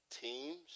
teams